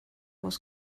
was